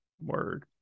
word